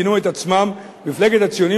כינו את עצמם "הציונים